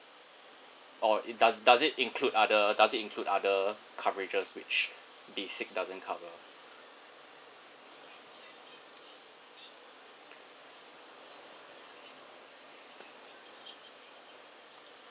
or it does does it include other does it include other coverages which basic doesn't cover